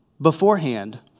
beforehand